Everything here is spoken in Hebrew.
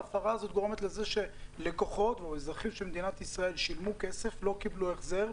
ההפרה הזאת גורמת לזה שלקוחות במדינת ישראל שילמו כסף ולא קיבלו החזר,